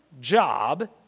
job